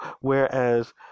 Whereas